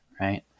right